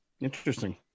Interesting